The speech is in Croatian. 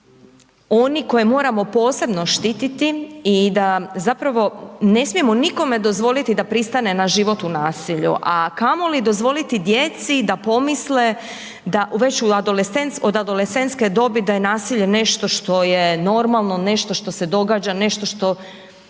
oni koje moramo posebno štititi i da zapravo ne smijemo nikome dozvoliti da pristane na život u nasilju a kamoli dozvoliti djeci da pomisle da već od adolescentske dobi da je nasilje nešto što je normalno, nešto što se događa, nešto što